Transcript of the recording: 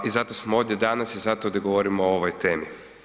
I zato smo ovdje danas i zato ovdje govorimo o ovoj temi.